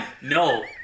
No